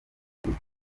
rukino